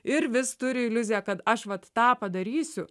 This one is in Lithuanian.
ir vis turi iliuziją kad aš vat tą padarysiu